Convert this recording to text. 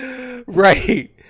right